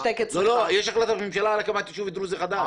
לא, יש החלטת ממשלה על הקמת יישוב דרוזי חדש.